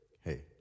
Hey